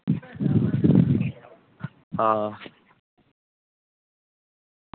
आं